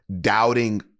doubting